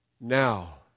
Now